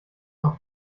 noch